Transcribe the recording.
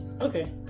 Okay